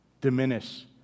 diminish